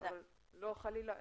לא חלילה,